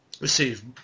receive